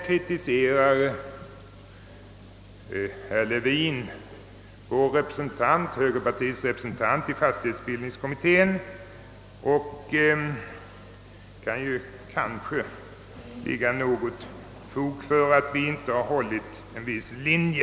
Herr Levin kritiserar högerpartiets representant i fastighetsbildningskommittén. Det kan kanske finnas något fog för påståendet att vi inom högerpartiet inte har följt en viss linje.